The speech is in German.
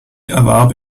erwarb